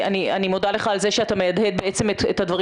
אני מודה לך על זה שאתה מהדהד את הדברים